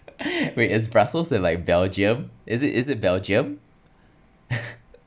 wait is brussels in like belgium is it is it belgium